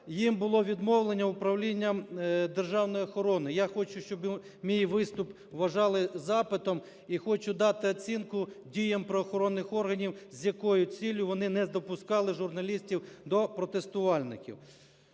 їм було відмовлено Управлінням державної охорони. Я хочу, щоб мій виступ вважали запитом, і хочу дати оцінку діям правоохоронних органів, з якою ціллю вони не допускали журналістів до протестувальників.